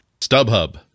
Stubhub